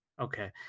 Okay